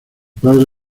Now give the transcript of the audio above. padre